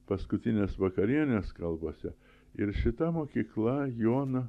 paskutinės vakarienės kalbasi ir šita mokykla jono